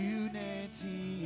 unity